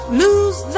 lose